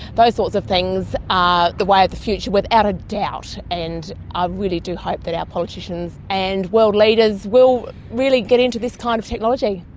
those sorts of things are the way of the future without a doubt, and i ah really do hope that our politicians and world leaders will really get into this kind of technology.